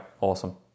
awesome